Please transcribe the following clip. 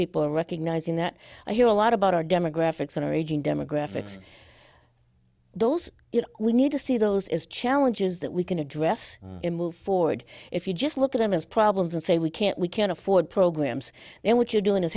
people are recognizing that i hear a lot about our demographics and our aging demographics those we need to see those is challenges that we can address and move forward if you just look at them as problems and say we can't we can't afford programs and what you're doing is